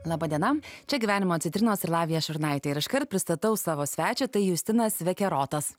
laba diena čia gyvenimo citrinos ir lavija šurnaitė ir iškart pristatau savo svečią tai justinas vekerotas